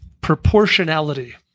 proportionality